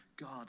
God